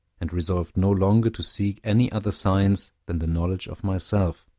and resolved no longer to seek any other science than the knowledge of myself,